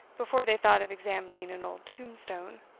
before they thought of examining an old tombstone.